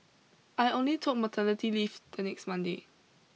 I only took my maternity leave the next Monday